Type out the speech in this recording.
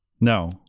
No